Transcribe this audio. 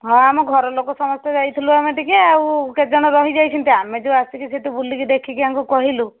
ହଁ ଆମ ଘରଲୋକ ସମସ୍ତେ ଯାଇଥିଲୁ ଆମେ ଟିକେ ଆଉ କେତେ ଜଣ ରହିଯାଇଛନ୍ତି ଆମେ ଯେଉଁ ଆସିକି ସେଇଠୁ ବୁଲିକି ଦେଖିକି ଆଙ୍କୁ କହିଲୁ